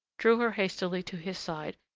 drew her hastily to his side,